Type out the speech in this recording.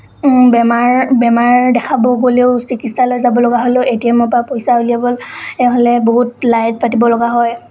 বেমাৰ বেমাৰ দেখাব গ'লেও চিকিৎসালয়ত যাব লগা হ'লেও এ টি এমৰ পৰা পইচা উলিয়াবলৈ হ'লে বহুত লাইন পাতিব লগা হয়